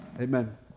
amen